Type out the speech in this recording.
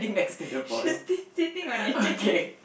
she's ti~ sitting on it